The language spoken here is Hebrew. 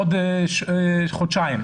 עוד חודשיים.